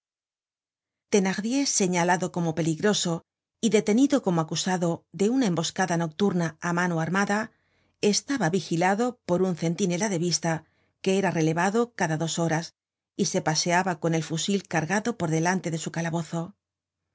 bastante thenardier señalado como peligroso y detenido como acusado de una emboscada nocturna á mano armada estaba vigilado por un centinela de vista que era relevado cada dos horas y se paseaba con el fusil cargado por delante de su calabozo